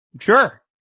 Sure